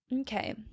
Okay